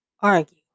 argue